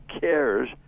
cares